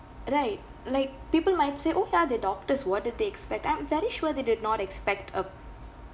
right like people might say orh ya the doctors what did they expect I'm very sure they did not expect a